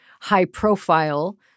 high-profile